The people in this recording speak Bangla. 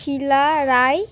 শীলা রায়